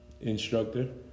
instructor